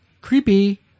Creepy